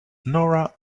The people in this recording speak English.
nora